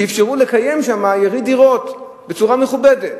שאפשרו לקיים שם יריד דירות בצורה מכובדת?